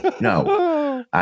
No